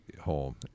home